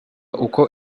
uko